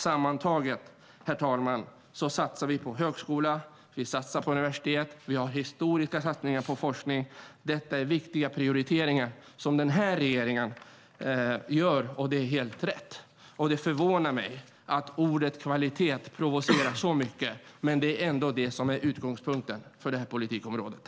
Sammantaget satsar vi på högskola och universitet. Vi gör historiska satsningar på forskning. Detta är viktiga prioriteringar som den här regeringen gör, och det är helt rätt. Det förvånar mig att ordet kvalitet provocerar så mycket, men det är ändå det som är utgångspunkten för det här politikområdet.